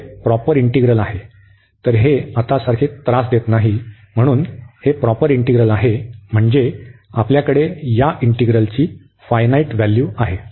तर हे आतासारखे त्रास देत नाही म्हणूनच हे प्रॉपर इंटीग्रल आहे म्हणजे आपल्याकडे या इंटीग्रलची फायनाईट व्हॅल्यू आहे